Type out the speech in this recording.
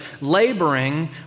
laboring